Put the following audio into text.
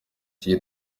icyi